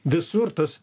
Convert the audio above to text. visur tas